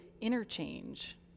interchange